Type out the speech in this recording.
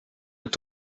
est